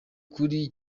kuri